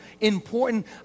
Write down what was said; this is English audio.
important